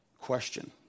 question